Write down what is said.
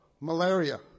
malaria